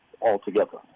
altogether